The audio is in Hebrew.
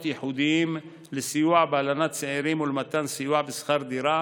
ייחודיים לסיוע בהלנת צעירים ולמתן סיוע בשכר דירה,